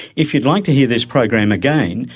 if you'd like to hear this program again,